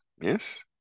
yes